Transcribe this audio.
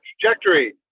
trajectory